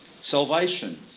Salvation